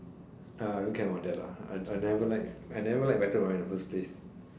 uh I don't care about that lah I I never liked I never liked battle royale in the first place